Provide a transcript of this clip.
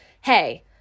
hey